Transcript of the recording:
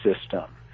system